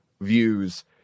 views